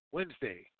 Wednesday